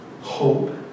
hope